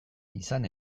izan